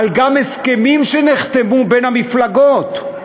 גם על הסכמים שנחתמו בין המפלגות,